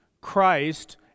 Christ